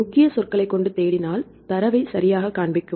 முக்கிய சொற்களைக் கொண்டு தேடினால் தரவை சரியாகக் காண்பிக்கும்